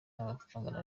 n’amafaranga